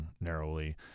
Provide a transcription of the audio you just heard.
narrowly